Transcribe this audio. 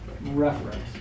reference